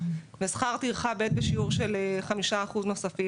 ושכר טרחה ב' בשיעור של 5 אחוזים נוספים.